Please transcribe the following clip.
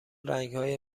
رنگهای